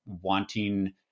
wanting